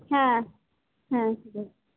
হ্যাঁ হ্যাঁ ঠিক আছে